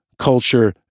Culture